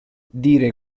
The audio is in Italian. dire